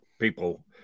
people